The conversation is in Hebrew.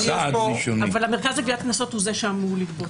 אבל המרכז לגביית קנסות הוא זה שאמור לגבות.